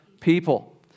people